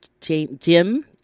Jim